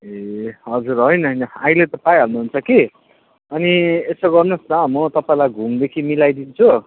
ए हजुर होइन होइन अहिले त पाइहाल्नु हुन्छ कि अनि यसो गर्नुहोस् न म तपाईँलाई घुमदेखि मिलाइदिन्छु